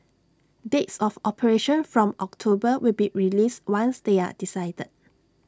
dates of operation from October will be released once they are decided